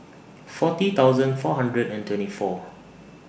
forty thousand four hundred and twenty four